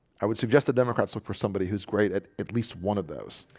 i would suggest the democrats look for somebody who's great at at least one of those